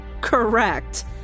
Correct